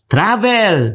Travel